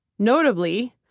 notably,